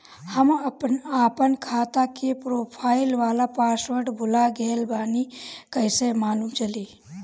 हम आपन खाता के प्रोफाइल वाला पासवर्ड भुला गेल बानी कइसे मालूम चली?